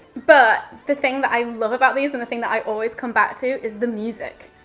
but the thing that i love about these and the thing that i always come back to is the music.